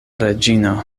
reĝino